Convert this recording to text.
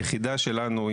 היחידה שלנו,